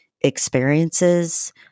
experiences